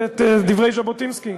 את דברי ז'בוטינסקי?